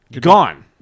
gone